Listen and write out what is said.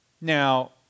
Now